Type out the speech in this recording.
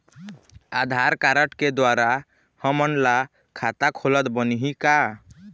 आधार card के द्वारा हमन ला खाता खोलत बनही का?